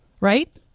right